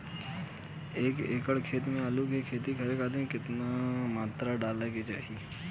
एक एकड़ खेत मे आलू के खेती खातिर केतना खाद केतना मात्रा मे डाले के चाही?